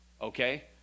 Okay